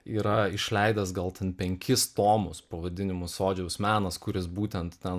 yra išleidęs gal ten penkis tomus pavadinimu sodžiaus menas kuris būtent ten